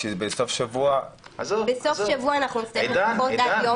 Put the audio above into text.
כשזה בסוף שבוע --- בסוף שבוע אנחנו מסיימים לפחות עד ליום שני.